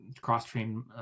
cross-train